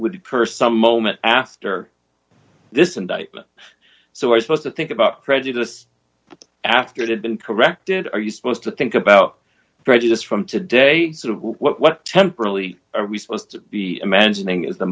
would purse some moment after this indictment so are supposed to think about prejudice after they've been corrected are you supposed to think about prejudice from today sort of what temporally are we supposed to be imagining is